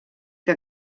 que